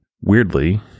weirdly